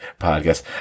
Podcast